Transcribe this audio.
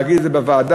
להגיד את זה בוועדה,